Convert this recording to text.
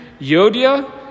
Yodia